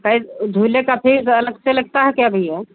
शायद झूले की फीस अलग से लगती है क्या भैया